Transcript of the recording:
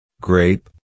Grape